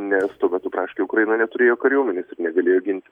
nes tuo metu praktiškai ukraina neturėjo kariuomenės ir negalėjo ginti